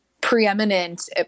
preeminent